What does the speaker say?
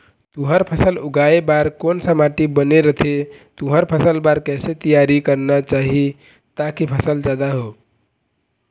तुंहर फसल उगाए बार कोन सा माटी बने रथे तुंहर फसल बार कैसे तियारी करना चाही ताकि फसल जादा हो?